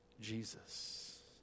jesus